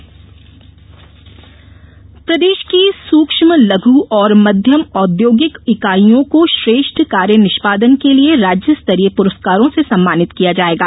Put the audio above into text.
उद्योग पुरस्कार प्रदेश की सूक्ष्म लघू और मध्यम औद्योगिक इकाईयों को श्रेष्ठ कार्य निष्पादन के लिये राज्य स्तरीय प्रस्कारों से सम्मानित किया जायेगा